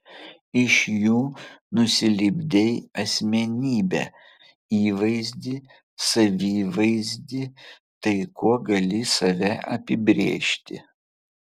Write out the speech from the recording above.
iš jų nusilipdei asmenybę įvaizdį savivaizdį tai kuo gali save apibrėžti